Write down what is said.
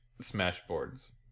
Smashboards